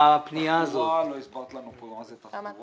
בתחבורה לא הסברת לנו כלום,